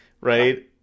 right